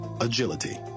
agility